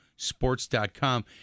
Sports.com